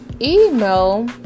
email